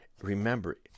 Remember